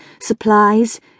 supplies